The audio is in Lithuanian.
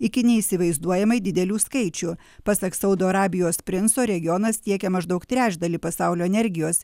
iki neįsivaizduojamai didelių skaičių pasak saudo arabijos princo regionas tiekia maždaug trečdalį pasaulio energijos